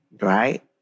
right